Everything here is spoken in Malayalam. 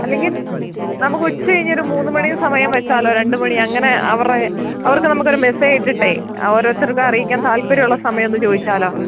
അല്ലെങ്കിൽ നമുക്ക് ഉച്ച കഴിഞ്ഞൊരു മൂന്നുമണി സമയം വെച്ചാലോ രണ്ട് മണി അങ്ങനെ അവരുടെ അവർക്ക് നമുക്ക് ഒരു മെസേജ് ഇട്ടിട്ടേ ഓരോരുത്തർക്കും അറിയിക്കാൻ താത്പര്യമുള്ള സമയം ഒന്ന് ചോദിച്ചാലോ